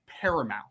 paramount